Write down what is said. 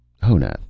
Honath